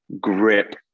grip